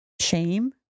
Shame